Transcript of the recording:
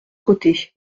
côté